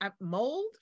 mold